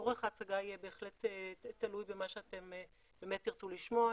אורך ההצגה יהיה בהחלט תלוי במה שאתם תרצו לשמוע.